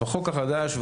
בחוק החדש,